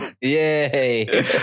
yay